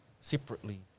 separately